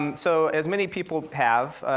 and so, as many people have,